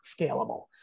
scalable